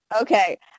Okay